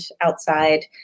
outside